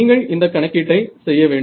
நீங்கள் இந்த கணக்கீட்டை செய்ய வேண்டும்